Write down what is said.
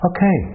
Okay